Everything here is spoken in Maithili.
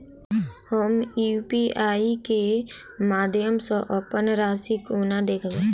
हम यु.पी.आई केँ माध्यम सँ अप्पन राशि कोना देखबै?